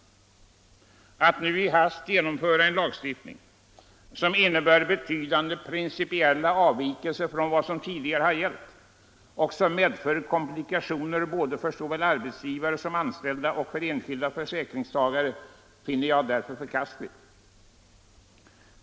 Att nu i hast genomföra en lagstiftning som innehåller betydande principiella avvikelser från vad som tidigare gällt och som medför komplikationer för såväl arbetsgivare som anställda och för enskilda försäkringstagare finner jag förkastligt.